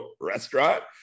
restaurant